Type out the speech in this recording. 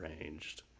arranged